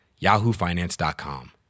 yahoofinance.com